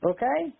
Okay